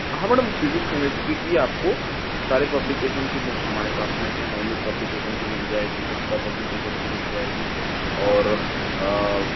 हाँ madam physics chemistry की आपको सारे पब्लिकेशन की बुक्स हमारे पास में हैं नवनीत पब्लिकेशन की मिल जाएगी गुप्ता पब्लिकेशन की मिल जाएगी और